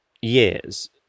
years